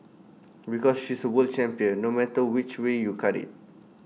because she's A world champion no matter which way you cut IT